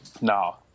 No